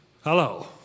Hello